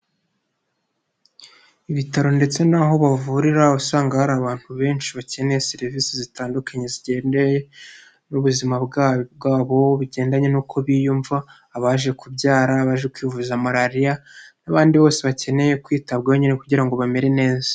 Ibitaro ndetse n'aho bavurira, usanga hari abantu benshi bakeneye serivisi zitandukanye, zigendeye n'ubuzima bwabo, bigendanye n'uko biyumva, abaje kubyara, abaje kwivuza marariya n'abandi bose bakeneye kwitabwaho nyine kugira ngo bamere neza.